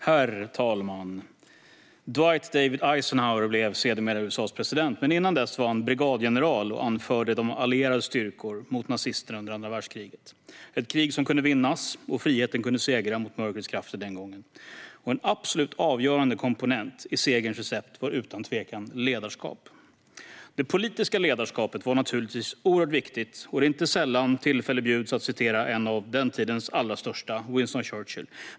Herr talman! Dwight David Eisenhower blev sedermera USA:s president, men innan dess var han brigadgeneral och anförde de allierades styrkor mot nazisterna under andra världskriget. Det kriget kunde vinnas, och friheten kunde segra mot mörkrets krafter den gången. En absolut avgörande komponent i segerns recept var utan tvivel ledarskap. Det politiska ledarskapet var naturligtvis oerhört viktigt, och det är inte sällan tillfälle bjuds att citera en av den tidens allra största, Winston Churchill.